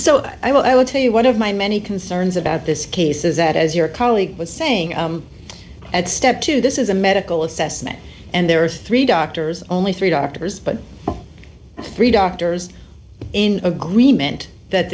so i will i will tell you one of my many concerns about this case is that as your colleague was saying at step two this is a medical assessment and there are three doctors only three doctors but three doctors in agreement that